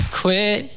quit